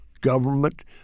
government